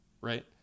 right